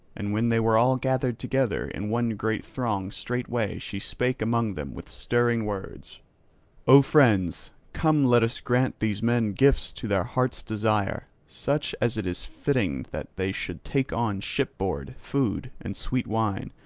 and when they were all gathered together in one great throng straightway she spake among them with stirring words o friends, come let us grant these men gifts to their hearts' desire, such as it is fitting that they should take on ship-board, food and sweet wine,